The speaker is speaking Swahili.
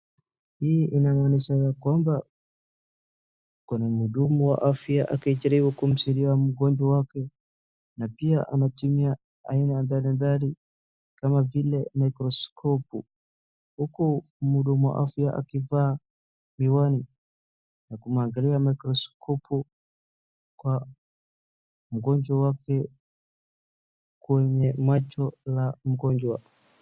Hii inaonyesha ya kwamba kuna mhudumu wa afya akijaribu kumsaidia mgonjwa wake na pia anatumia aina mbalimbali kama vile microscope uku mhudumu wa afya akivaa miwani. Anaangalia microscope kwa mgonjwa wake kwenye macho la mgonjwa.